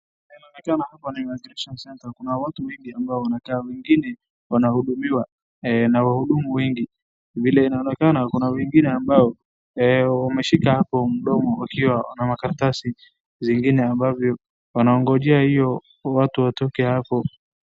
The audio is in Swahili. Vile inaonekana hapo ni Immigration center ,kuna watu wengi ambao wanakaa, wengine wanahudumiwa na wahudumu wengi. Vile inaonekana kuna wengine ambao wameshika hapo mdomo wakiwa na makaratasi zingine ambayo wanaongojea hiyo watu watoke hapo.